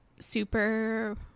super